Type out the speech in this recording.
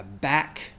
back